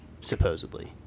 supposedly